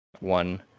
one